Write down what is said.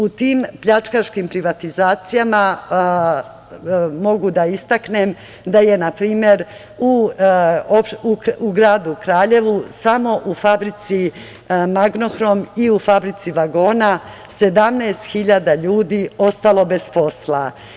U tim pljačkaškim privatizacijama, mogu da istaknem da je, na primer, u gradu Kraljevu samo u fabrici „Magnohrom“ i u fabrici vagona 17.000 ljudi ostalo bez posla.